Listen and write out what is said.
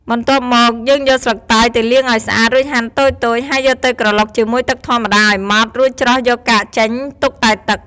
បន្ទាប់មក យើងយកស្លឹកតើយទៅលាងឱ្យស្អាត រួចហាន់តូចៗ ហើយយកទៅក្រឡុកជាមួយទឹកធម្មតាឱ្យម៉ដ្ឋ រួចច្រោះយកកាកចេញ ទុកតែទឹក។